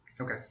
Okay